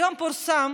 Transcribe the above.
היום פורסם